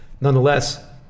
Nonetheless